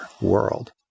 world